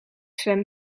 zwem